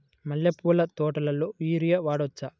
మల్లె పూల తోటలో యూరియా వాడవచ్చా?